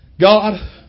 God